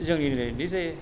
जोंनि दिनैनि जे